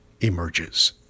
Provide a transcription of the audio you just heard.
emerges